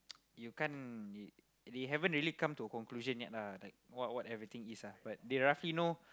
you can't they haven't really come to a conclusion yet lah like what what everything is ah but they roughly know